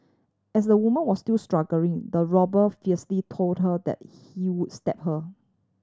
as the woman was still struggling the robber fiercely told her that he would stab her